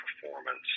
performance